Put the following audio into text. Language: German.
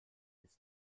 ist